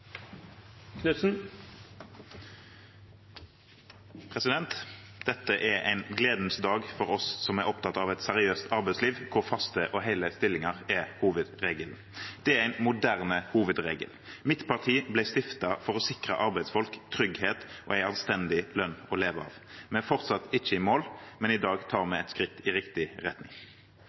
en gledens dag for oss som er opptatt av et seriøst arbeidsliv, hvor faste og hele stillinger er hovedregelen. Det er en moderne hovedregel. Mitt parti ble stiftet for å sikre arbeidsfolk trygghet og en anstendig lønn å leve av. Vi er fortsatt ikke i mål, men i dag tar vi et skritt i riktig retning.